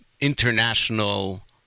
international